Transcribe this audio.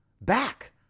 Back